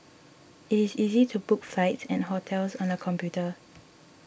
it is easy to book flights and hotels on the computer